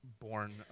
born